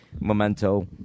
Memento